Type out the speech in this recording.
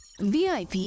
VIP